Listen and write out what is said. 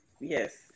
Yes